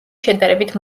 შედარებით